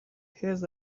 hears